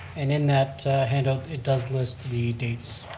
and in that handout it does list the dates.